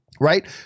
right